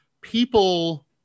people